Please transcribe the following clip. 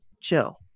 chill